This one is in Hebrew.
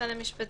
משרד המשפטים,